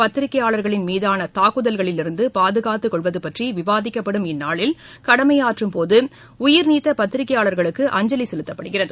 பத்திரிகையாளர்களின் மீதானதாக்குதல்களிலிருந்துபாதுகாத்துக் கொள்வதுபற்றிவிவாதிக்கப்படும் இந்நாளில் கடமைஆற்றும்போதஉயிர்நீத்தபத்திரிகையாளர்களுக்கு அஞ்சலிசெலுத்தப்படுகிறது